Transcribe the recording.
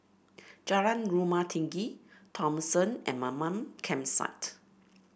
Jalan Rumah Tinggi Thomson and Mamam Campsite